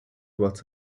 what